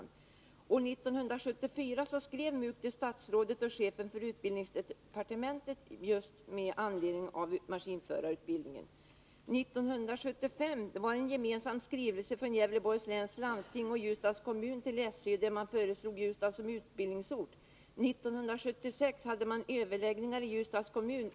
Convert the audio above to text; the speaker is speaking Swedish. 1974 skrev MUK till statsrådet och chefen för utbildningsdepartementet om just maskinförarutbildningen. 1975 var det en gemensam skrivelse från Gävleborgs läns landsting och Ljusdals kommun till SÖ där man föreslog Ljusdal som utbildningsort. 1976 hade MUK överläggningar med Ljusdals kommun.